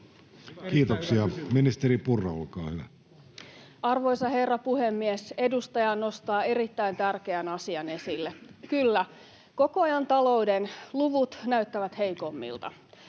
Malm sd) Time: 16:10 Content: Arvoisa herra puhemies! Edustaja nostaa erittäin tärkeän asian esille. Kyllä, koko ajan talouden luvut näyttävät heikommilta.